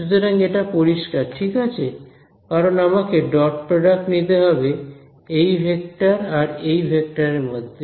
সুতরাং এটা পরিষ্কার ঠিক আছে কারণ আমাকে ডট প্রডাক্ট নিতে হবে এই ভেক্টর আর এই ভেক্টরের মধ্যে